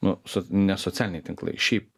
nu s ne socialiniai tinklai šiaip